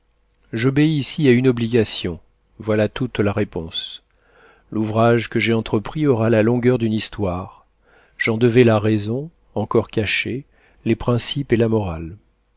j'obéis ici à une obligation voilà toute la réponse l'ouvrage que j'ai entrepris aura la longueur d'une histoire j'en devais la raison encore cachée les principes et la morale